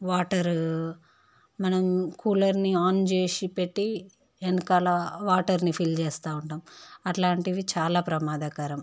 water మనం కూలర్ని on చేసి పెట్టి వెనకాల వాటర్ని ఫిల్ చేస్తాము అలాంటివి చాలా ప్రమాదకరం